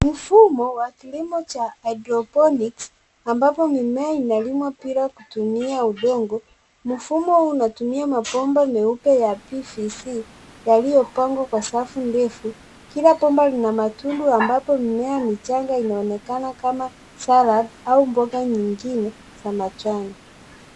Mfumo wa kilimo cha hydroponics , ambapo mimea inalimwa bila kutumia udongo. Mfumo huu unatumia mabomba meupe ya PVC , yaliyopangwa kwa safu ndefu. Kila bomba lina matundu ambapo mimea michanga inaonekana kama salad au mboga nyingine za majani.